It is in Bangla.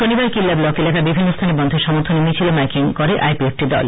শনিবার কিল্লা ব্লক এলাকার বিভিন্ন স্হানে বনধের সমর্থনে মিছিল ও মাইকিং করেছে আইপিএফটি দল